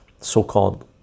so-called